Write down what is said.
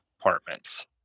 apartments